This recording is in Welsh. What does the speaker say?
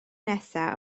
nesaf